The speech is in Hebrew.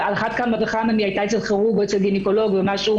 על אחת כמה וכמה אם היא הייתה אצל כירורג או אצל גניקולוג או משהו,